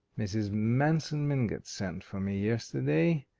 mrs. manson mingott sent for me yesterday.